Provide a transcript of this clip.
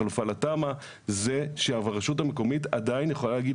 בחלופה לתמ"א זה שהרשות המקומית עדיין יכולה להגיד